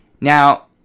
Now